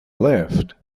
left